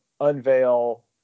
unveil